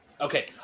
okay